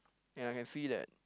ya I can see that